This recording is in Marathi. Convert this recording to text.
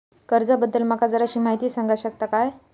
कर्जा बद्दल माका जराशी माहिती सांगा शकता काय?